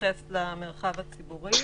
שמתייחס למרחב הציבורי,